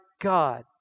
God